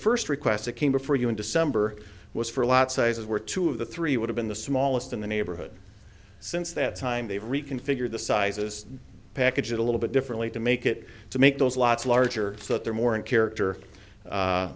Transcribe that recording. first request that came before you in december was for a lot sizes were two of the three would have been the smallest in the neighborhood since that time they reconfigure the sizes package it a little bit differently to make it to make those lots larger so that they're more in character